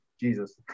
Jesus